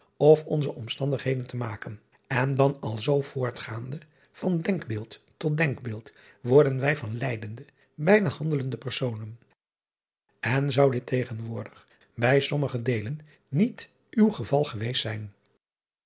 of onze omstandigheden te maken en dan al zoo voortgaande van denkbeeld tot denkbeeld worden wij van lijdende bijna handelende personen n zou dit tegenwoordig bij sommige deelen niet uw geval geweest zijn